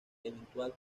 eventual